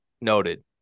Noted